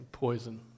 Poison